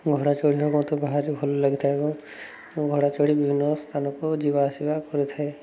ଘୋଡ଼ା ଚଢ଼ିବା ମତେ ଭାରି ଭଲ ଲାଗିଥାଏ ଏବଂ ମୁଁ ଘୋଡ଼ା ଚଢ଼ି ବିଭିନ୍ନ ସ୍ଥାନକୁ ଯିବା ଆସିବା କରିଥାଏ